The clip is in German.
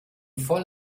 voll